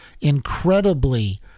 incredibly